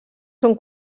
són